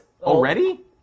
Already